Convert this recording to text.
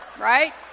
Right